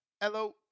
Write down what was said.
Hello